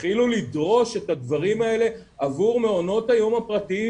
תתחילו לדרוש את הדברים האלה עבור מעונות היום הפרטיים